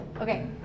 Okay